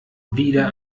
wieder